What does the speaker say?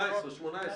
2018,